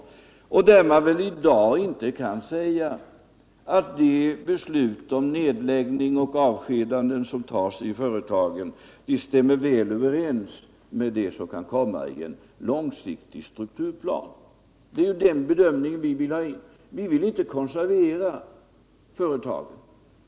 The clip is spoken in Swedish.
I dag kan man inte säga att de beslut om nedläggning och avskedanden som fattas i företagen stämmer väl överens med det som kan komma i en långsiktig strukturplan. Det är den bedömningen vi vill få till stånd. Vi vill inte konservera företagen.